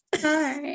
Hi